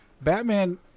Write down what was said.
Batman